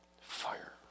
fire